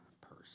person